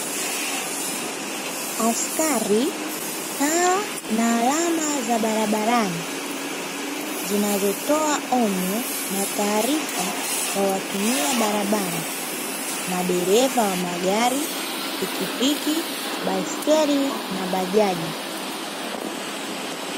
Askari, taa na alama za barabarani zinazotoa onyo na taarifa kwa watumia barabara, madereva wa magari, pikipiki, baiskeli na bajaji.